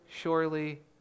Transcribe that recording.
surely